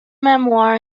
memoir